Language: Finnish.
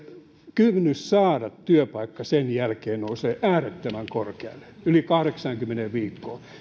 kynnys saada työpaikka sen jälkeen nousee äärettömän korkealle yli kahdeksaankymmeneen viikkoon